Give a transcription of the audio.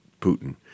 Putin